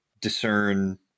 discern